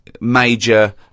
major